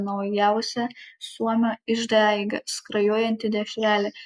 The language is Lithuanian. naujausia suomio išdaiga skrajojanti dešrelė